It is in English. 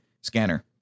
scanner